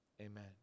amen